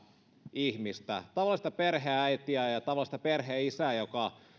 ihmistä tavallista perheenäitiä ja tavallista perheenisää joka